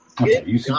Okay